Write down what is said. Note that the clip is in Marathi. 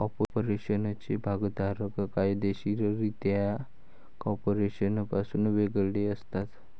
कॉर्पोरेशनचे भागधारक कायदेशीररित्या कॉर्पोरेशनपासून वेगळे असतात